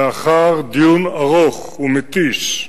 לאחר דיון ארוך ומתיש,